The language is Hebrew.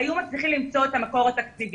היו מצליחים למצוא את המקור התקציבי.